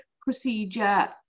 procedure